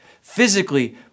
physically